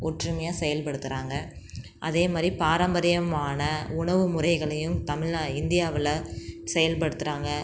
ஒற்றுமையாக செயல்படுத்தறாங்க அதே மாதிரி பாரம்பரியமான உணவு முறைகளையும் தமிழ்நா இந்தியாவில் செயல்படுத்தறாங்க